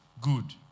Good